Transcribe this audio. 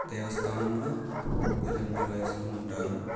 దేవస్థానంలో పూజలు నిర్వహిస్తూ ఉంటారు